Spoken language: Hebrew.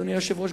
אדוני היושב-ראש,